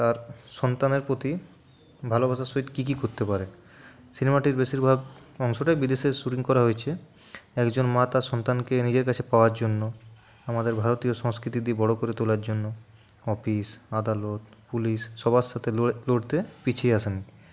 তার সন্তানের প্রতি ভালোবাসার সহিত কী কী করতে পারে সিনেমাটির বেশির ভাগ অংশটাই বিদেশে শুটিং করা হয়েছে একজন মা তার সন্তানকে নিজের কাছে পাওয়ার জন্য আমাদের ভারতীয় সংস্কৃতি দিয়ে বড় করে তোলার জন্য অফিস আদালত পুলিশ সবার সাথে লড়তে পিছিয়ে আসেনি